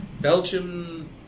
Belgium